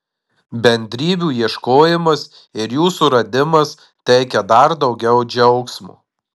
bendrybių ieškojimas ir jų suradimas teikia dar daugiau džiaugsmo